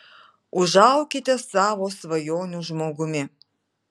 užaukite savo svajonių žmogumi